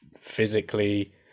physically